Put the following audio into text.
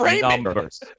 numbers